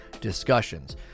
discussions